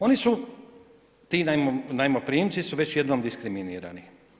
Oni su, ti najmoprimci su već jednom diskriminirani.